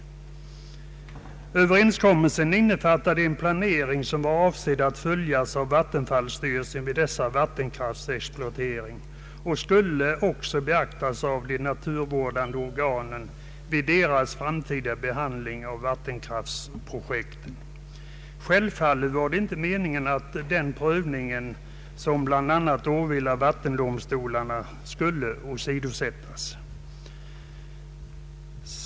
Överenskommelsen innefattade en planering som var avsedd att följas av vattenfallsstyrelsen vid dess vattenkraftsexploatering och skulle också beaktas av de naturvårdande organen vid deras framtida behandling av vattenkraftsprojekten. Självfallet var det inte meningen att den prövning som bl.a. åvilar vattendomstolarna skulle åsidosättas.